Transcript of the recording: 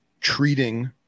treating